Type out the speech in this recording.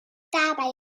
dabei